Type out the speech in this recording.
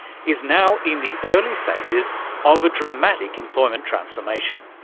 is now in the early stages of a dramatic employment transformation,